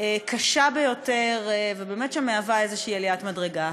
קשה ביותר, ושבאמת מהווה איזו עליית מדרגה.